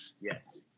Yes